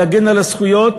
הגנה על הזכויות.